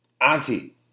auntie